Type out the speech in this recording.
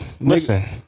Listen